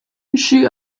she